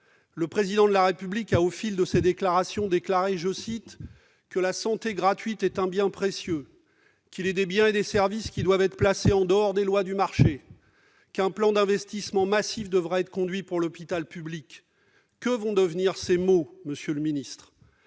Le Président de la République a affirmé, au fil de ses déclarations, que « la santé gratuite est un bien précieux », qu'« il est des biens et des services qui doivent être placés en dehors des lois du marché » et qu'« un plan d'investissement massif devra être conduit pour l'hôpital public ». Que vont devenir ces mots, monsieur le ministre ?